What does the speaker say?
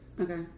Okay